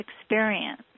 experience